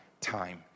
time